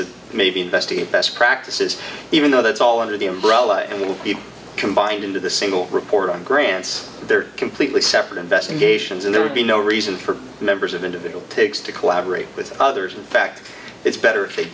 to maybe investigate best practices even though that's all under the umbrella and will be combined into the single report on grants there are completely separate investigations and there would be no reason for members of individual takes to collaborate with others in fact it's better if they